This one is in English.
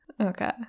Okay